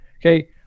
Okay